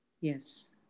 Yes